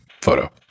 photo